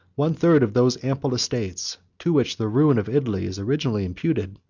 one third of those ample estates, to which the ruin of italy is originally imputed,